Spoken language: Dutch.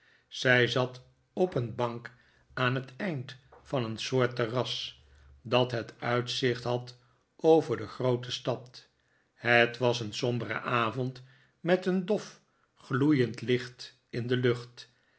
zij zat op een bank aan het eind van een soort terras dat het uitzicht had over de groote stad het was een sombere avond met een dof gloeiend licht in de lucht